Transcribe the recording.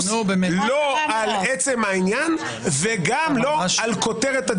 לא על עצם העניין וגם לא על כותרת הדיון.